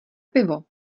pivo